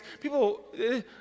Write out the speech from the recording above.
People